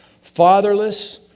Fatherless